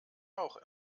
auch